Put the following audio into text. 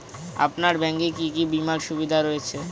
আপনার ব্যাংকে কি কি বিমার সুবিধা রয়েছে?